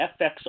FX